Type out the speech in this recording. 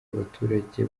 abaturage